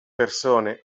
persone